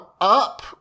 up